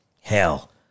Hell